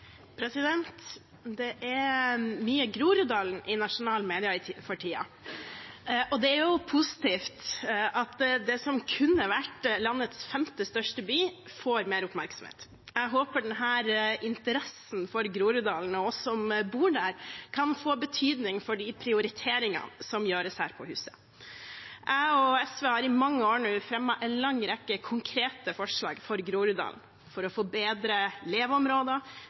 mye om Groruddalen i nasjonale medier for tiden, og det er jo positivt at det som kunne vært landets femte største by, får mer oppmerksomhet. Jeg håper denne interessen for Groruddalen og oss som bor der, kan få betydning for de prioriteringene som gjøres her på huset. Jeg og SV har i mange år fremmet en lang rekke konkrete forslag for Groruddalen, for å få bedre leveområder,